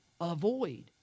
Avoid